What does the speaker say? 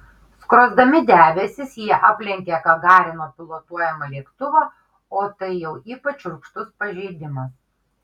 skrosdami debesis jie aplenkė gagarino pilotuojamą lėktuvą o tai jau ypač šiurkštus pažeidimas